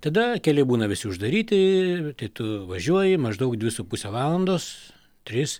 tada keliai būna visi uždaryti tai tu važiuoji maždaug dvi su puse valandos tris